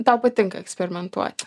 tau patinka eksperimentuoti